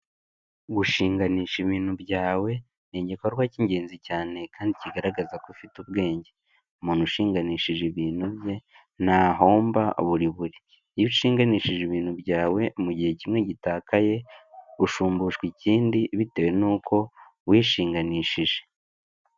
Gushinganisha ibintu byawe ni igikorwa cy'ingenzi cyane kandi kigaragaza ko ufite ubwenge, umuntu ushinganishije ibintu bye ntahomba buri buri. Iyo ushinganishije ibintu byawe mu gihe kimwe gitakaye ushumbushwa ikindi bitewe nuko wishinganishije.